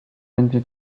będzie